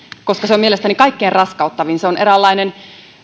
koska se on mielestäni kaikkein raskauttavin se on eräänlainen